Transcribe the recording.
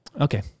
Okay